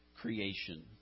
creation